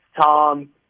Tom